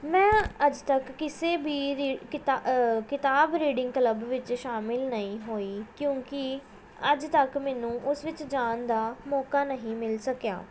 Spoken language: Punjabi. ਮੈਂ ਅੱਜ ਤੱਕ ਕਿਸੇ ਵੀ ਕਿਤਾਬ ਰੀਡਿੰਗ ਕਲੱਬ ਵਿੱਚ ਸ਼ਾਮਿਲ ਨਹੀਂ ਹੋਈ ਕਿਉਂਕਿ ਅੱਜ ਤੱਕ ਮੈਨੂੰ ਉਸ ਵਿੱਚ ਜਾਣ ਦਾ ਮੌਕਾ ਨਹੀਂ ਮਿਲ ਸਕਿਆ